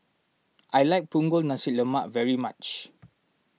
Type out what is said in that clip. I like Punggol Nasi Lemak very much